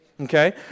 okay